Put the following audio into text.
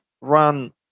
run